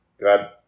God